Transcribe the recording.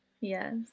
Yes